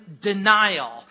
denial